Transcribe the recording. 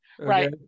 Right